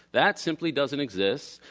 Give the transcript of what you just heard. that simply doesn't exist.